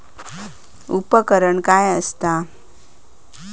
उपकरण काय असता?